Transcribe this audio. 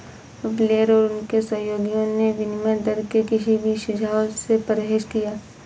Blair और उनके सहयोगियों ने विनिमय दर के किसी भी सुझाव से परहेज किया